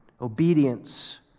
obedience